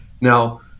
Now